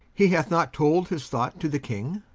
he hath not told his thought to the king?